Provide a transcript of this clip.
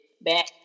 back